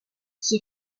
qui